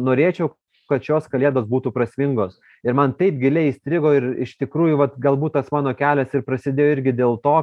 norėčiau kad šios kalėdos būtų prasmingos ir man taip giliai įstrigo ir iš tikrųjų va galbūt tas mano kelias ir prasidėjo irgi dėl to